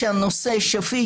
שהנושא שפיט,